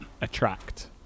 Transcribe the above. attract